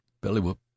belly-whoop